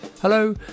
Hello